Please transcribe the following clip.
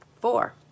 four